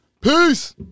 peace